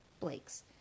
Blake's